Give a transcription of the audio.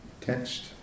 text